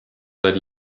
seit